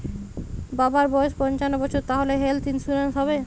বাবার বয়স পঞ্চান্ন বছর তাহলে হেল্থ ইন্সুরেন্স হবে?